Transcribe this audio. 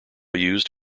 used